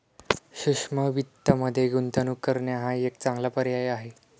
सूक्ष्म वित्तमध्ये गुंतवणूक करणे हा एक चांगला पर्याय आहे